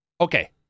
Okay